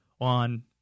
on